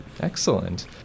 Excellent